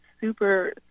super